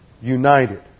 united